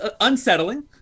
unsettling